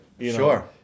Sure